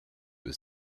his